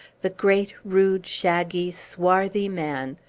the great, rude, shaggy, swarthy man!